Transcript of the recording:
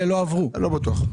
לא בטוח.